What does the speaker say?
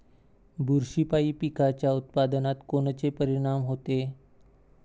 बुरशीपायी पिकाच्या उत्पादनात कोनचे परीनाम होते?